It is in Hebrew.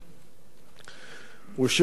הוא השאיר אותנו המומים וכואבים,